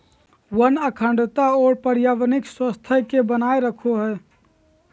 वन अखंडता और पर्यावरणीय स्वास्थ्य के बनाए रखैय हइ